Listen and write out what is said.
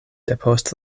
depost